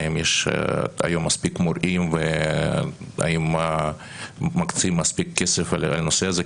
האם יש היום מספיק מורים והאם מקצים מספיק כסף לנושא הזה,